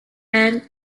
and